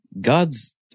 God's